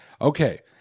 Okay